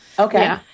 Okay